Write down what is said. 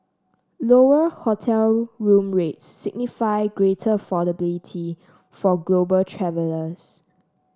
lower hotel room rates signify greater affordability for global travellers